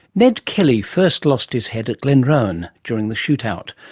ned kelly first lost his head at glenrowan, during the shootout,